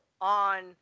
on